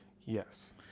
Yes